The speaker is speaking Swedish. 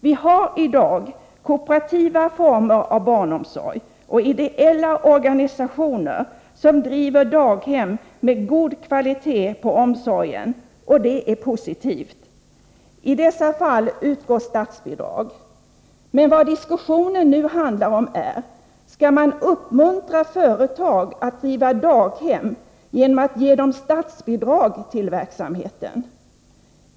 Vi har i dag kooperativa former av barnomsorg och ideella organisationer som driver daghem med god kvalitet på omsorgen, och det är positivt. I dessa fall utgår statsbidrag. Men vad diskussionen nu handlar om är: Skall man uppmuntra företag att driva daghem genom att ge dem statsbidrag till verksamheten?